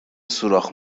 سوراخ